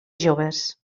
joves